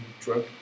drug